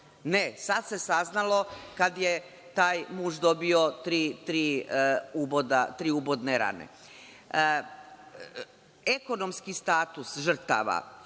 Ne, sad se saznalo kada je taj muž dobio tri ubodne rane. Ekonomski status žrtava je